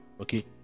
Okay